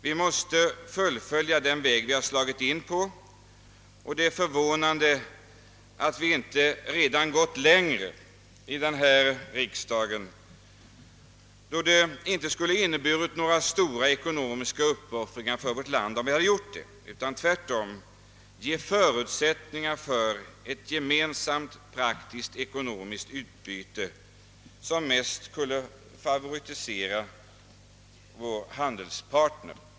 Vi måste fullfölja den väg vi har slagit in på, och det är förvånande att vi inte redan gått längre i riksdagen, då det inte skulle inneburit några större ekonomiska uppoffringar för vårt land, om vi så hade gjort. Tvärtom skulle det ge förutsättningar för ett gemensamt praktiskt ekonomiskt utbyte, som mest skulle favorisera vår handelspartner.